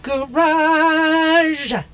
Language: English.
Garage